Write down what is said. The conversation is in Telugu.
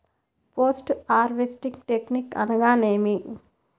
పోస్ట్ హార్వెస్టింగ్ టెక్నిక్ అనగా నేమి?